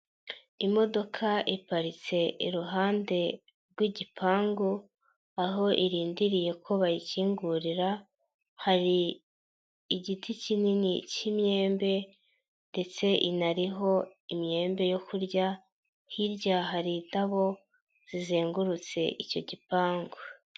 Imodoka iparitse iruhande rw'igipangu aho irindiriye ko bayikingurira, hari igiti kinini k'imyembe ndetse inariho imyembe yo kurya hirya, hari intabobo zizengurutse icyo gipangu.